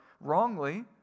wrongly